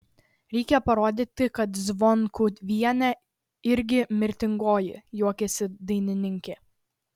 reikia parodyti kad zvonkuvienė irgi mirtingoji juokėsi dainininkė